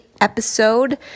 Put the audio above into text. episode